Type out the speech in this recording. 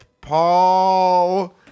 Paul